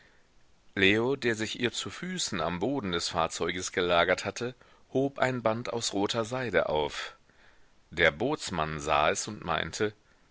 leo der sich ihr zu füßen am boden des fahrzeuges gelagert hatte hob ein band aus roter seide auf der bootsmann sah es und meinte